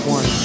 One